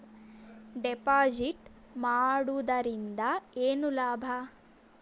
Deposit ಮಾಡುದರಿಂದ ಏನು ಲಾಭ?